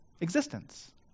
existence